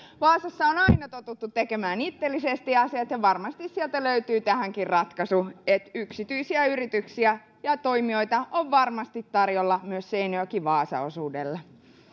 vaasassa on aina totuttu tekemään itsellisesti asiat ja varmasti sieltä löytyy tähänkin ratkaisu eli yksityisiä yrityksiä ja toimijoita on varmasti tarjolla myös seinäjoki vaasa osuudelle